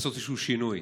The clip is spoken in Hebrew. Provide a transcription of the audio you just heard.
לעשות איזשהו שינוי.